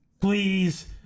Please